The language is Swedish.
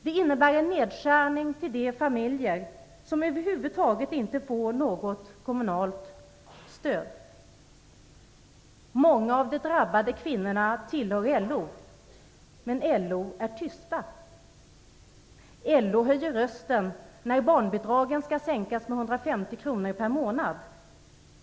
Det innebär en nedskärning till de familjer som över huvud taget inte får något kommunalt stöd. Många av de drabbade kvinnorna är medlemmar i LO. Men LO är tyst. LO höjer rösten när barnbidragen skall sänkas med 150 kr per månad.